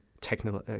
technical